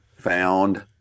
found